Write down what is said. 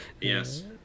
Yes